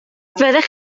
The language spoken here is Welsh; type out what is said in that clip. fyddech